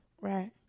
Right